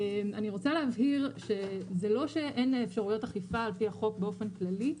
אני רוצה להבהיר שזה לא שאין אפשרויות אכיפה על פי החוק באופן כללי.